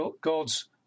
God's